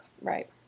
right